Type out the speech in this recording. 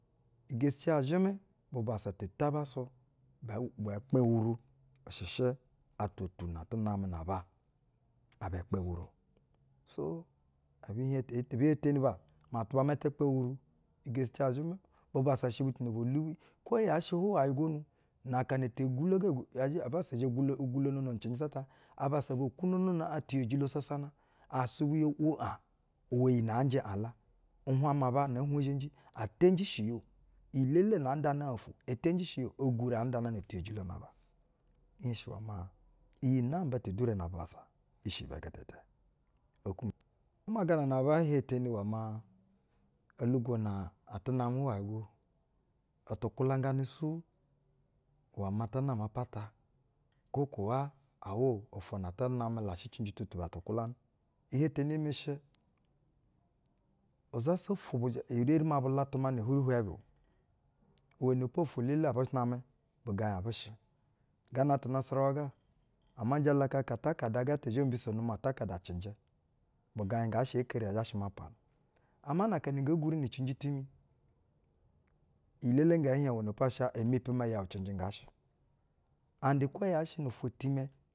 Ugesikiya zhɛmɛ, ata taba su bɛe, bɛɛ kpɛ-uwuru ishɛ shɛ atwo tu na atu namɛ na aba, aba ɛkpɛ uwura o. yaa shɛ gana ata, ɛehi’ɛehi heteni ba maa atuba ma tɛ kpɛ uwuru, geskiya zhɛmɛ bubassa shɛ butu na go lubi, kwo yaashɛ hwuwayɛ gonu akana tu ugwulo ga. gu, abassa zhɛ gwulonono na cɛnjɛ ta ata, abassa abɛ okunono aŋ tiyejilo sasana keeni isɛɛbwɛ yo’wo aŋ la. Nhwa ma-aba na ee hwenzhenji e tiyinji shi ya o, iyi elele nɛ aa ndana ufwu, e tiyinji shi ya o, e gwure aa ndanana tiyejilo na abo. Nhenshi iwɛ maa, iyi nɛ namba tedure na bubassa i shɛ ibɛ gɛtɛtɛ okwu ma. Ama gana bee henteni iwe maa, olugo na atɛ namɛ hwuwayɛ go, itu kwulanganɛ su iwɛ maa ta nama apata okwo kuwa ofwo na atu namɛ la shɛ cɛnjɛ tutu aba-utu kulanɛ? Iheteni mi shɛ, izasa ofwo eri ma bu latumana uhwuri ihwɛ bu o. Iwɛnɛ po ofwo-elele na abu namɛ, bugaiŋ abu shɛ. Gana tu-unasarawa ga, ama jalakaka utakada gata zhɛ mbisono maa utakada cɛnjɛ, bugaiŋ nga shɛ. ee keri eye azha shɛ ma pana. Ama na-aka ngɛ gwuri na cɛnjɛ timi, iyi-elele hien, iwɛnɛpo, asha mepi maa yɛu vɛnjɛ nga shɛ keeni kwo yaa shɛ nøo-ofwo itimɛ.